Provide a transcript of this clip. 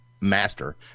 master